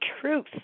truth